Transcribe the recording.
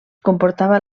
comportava